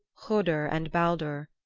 hodur and baldur,